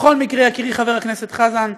בכל מקרה יקירי, חבר הכנסת חזן,